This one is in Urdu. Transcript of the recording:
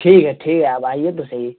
ٹھیک ہے ٹھیک ہے آپ آئیے تو صحیح